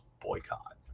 boycott